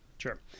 Sure